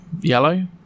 yellow